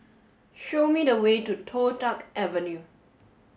show me the way to Toh Tuck Avenue